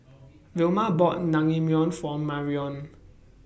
Vilma bought Naengmyeon For Marrion